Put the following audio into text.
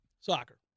Soccer